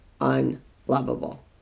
unlovable